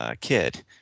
kid